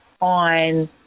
on